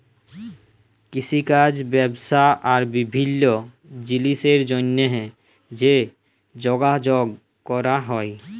কিষিকাজ ব্যবসা আর বিভিল্ল্য জিলিসের জ্যনহে যে যগাযগ ক্যরা হ্যয়